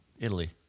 Italy